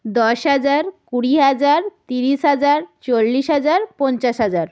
দশ হাজার কুড়ি হাজার তিরিশ হাজার চল্লিশ হাজার পঞ্চাশ হাজার